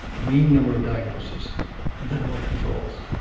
a mean number of diagnoses than were controls.